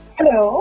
Hello